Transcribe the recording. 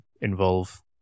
involve